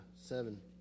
seven